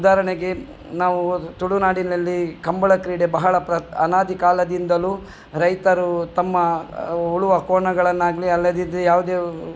ಉದಾರಣೆಗೆ ನಾವು ತುಳುನಾಡಿನಲ್ಲಿ ಕಂಬಳ ಕ್ರೀಡೆ ಬಹಳ ಪ್ರ ಅನಾದಿ ಕಾಲದಿಂದಲೂ ರೈತರು ತಮ್ಮ ಉಳುವ ಕೋಣಗಳನ್ನಾಗಲಿ ಅಲ್ಲದಿದ್ದರೆ ಯಾವ್ದೆ